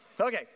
Okay